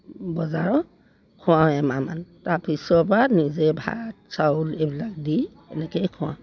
বজাৰৰ খোৱাওঁ এমাহমান তাৰপিছৰপৰা নিজে ভাত চাউল এইবিলাক দি এনেকৈয়ে খোৱাওঁ